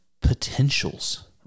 potentials